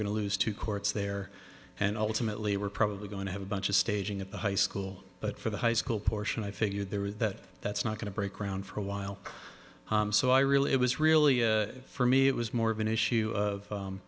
to lose two courts there and ultimately we're probably going to have a bunch of staging at the high school but for the high school portion i figured there were that that's not going to break around for a while so i really it was really for me it was more of an issue of